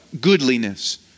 goodliness